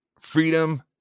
Freedom